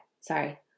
sorry